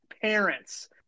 parents